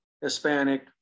Hispanic